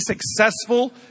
successful